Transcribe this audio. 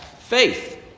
faith